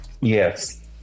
Yes